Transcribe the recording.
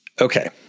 okay